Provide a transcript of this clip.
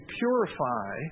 purify